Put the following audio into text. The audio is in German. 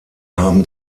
haben